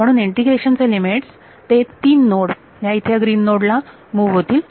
म्हणून इंटिग्रेशन चे लिमिट्स ते तीन नोड या इथे ह्या ग्रीन नोड ला मुव्ह होतील